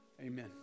Amen